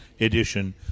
edition